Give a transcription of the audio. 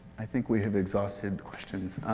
i think we have exhausted questions.